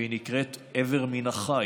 והיא נקראת "איבר מן החי".